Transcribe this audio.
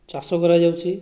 ଚାଷ କରାଯାଉଛି